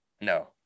no